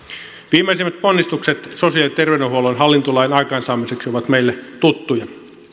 viimeisimmät ponnistukset sosiaali ja terveydenhuollon hallintolain aikaansaamiseksi ovat meille tuttuja